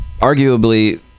arguably